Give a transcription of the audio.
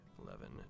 eleven